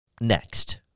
next